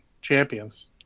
Champions